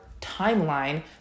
timeline